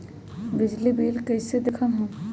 दियल बिजली बिल कइसे देखम हम?